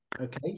Okay